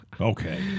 Okay